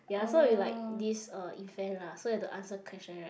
ya so if like this uh event lah so have to answer question right